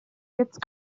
jetzt